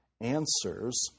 answers